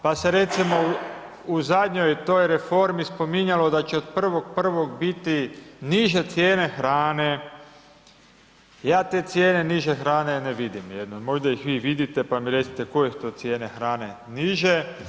Pa se recimo, u zadnjoj toj reformi, spominjalo da će od 1.1. biti niže cijene hrane, ja te cijene niže hrane ne vidim, možda ih vi vidite, pa mi recite koje su to cijene hrane niže?